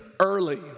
early